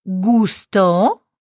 gusto